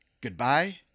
Goodbye